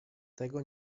tego